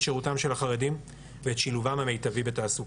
שירותם של החרדים ואת שילובם המיטבי בתעסוקה.